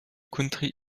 county